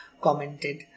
commented